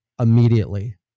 Immediately